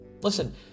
Listen